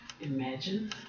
Imagine